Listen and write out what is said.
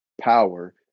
power